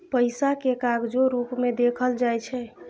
पैसा केँ कागजो रुप मे देखल जाइ छै